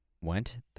went